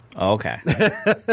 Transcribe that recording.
Okay